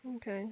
okay